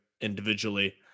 individually